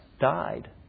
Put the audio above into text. died